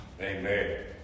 Amen